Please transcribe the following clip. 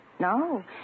No